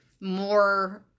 more